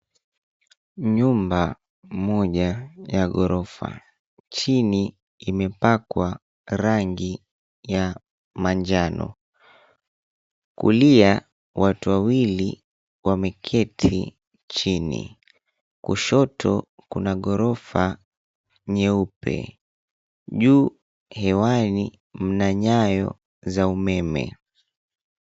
Nyumba moja ya ghorofa, chini imepakwa rangi ya manjano. Kulia watu wawili wameketi chini, kushoto kuna ghorofa nyeupe . Juu hewani mna nyayo za umeme.